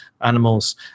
animals